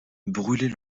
brûler